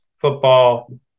football